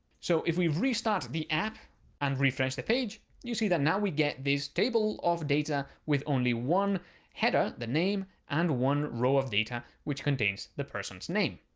so if we restart the app and refresh the page, you see that now we get this table of data with only one header, the name and one row of data, which contains the person's name.